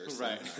Right